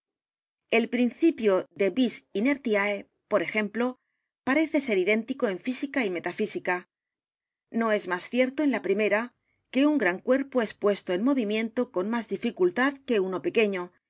el principio de vis ineríise por ejemplo parece ser idéntico en física y metafísica no es más cierto en la primera que un gran cuerpo es puesto en movimiento con más dificultad que uno pequeño y